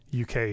UK